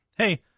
hey